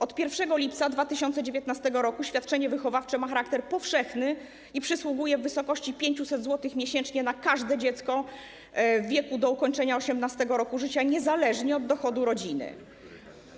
Od 1 lipca 2019 r. świadczenie wychowawcze ma charakter powszechny i przysługuje w wysokości 500 zł miesięcznie na każde dziecko w wieku do ukończenia 18. roku życia niezależnie od dochodu rodziny.